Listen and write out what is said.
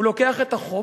הוא לוקח את החוק,